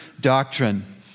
doctrine